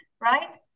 right